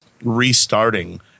restarting